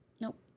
Nope